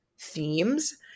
themes